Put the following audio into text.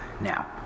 Now